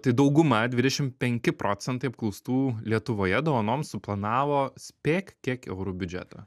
tai dauguma dvidešim penki procentai apklaustų lietuvoje dovanoms suplanavo spėk kiek eurų biudžetą